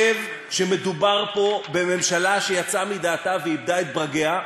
חושב שמדובר פה בממשלה שיצאה מדעתה ואיבדה את ברגיה,